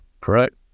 correct